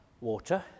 water